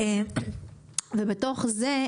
ובתוך זה,